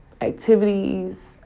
activities